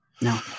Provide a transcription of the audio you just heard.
No